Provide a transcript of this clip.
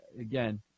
again